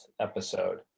episode